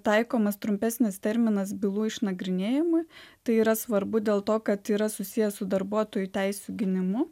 taikomas trumpesnis terminas bylų išnagrinėjimui tai yra svarbu dėl to kad yra susiję su darbuotojų teisių gynimu